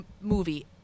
movie